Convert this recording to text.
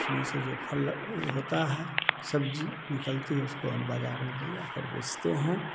उसमें से जो फल उ होता है सब्जी निकलती है उसको हम बाजार में ले जा कर बेचते हैं